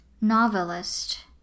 novelist